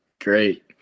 great